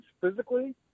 physically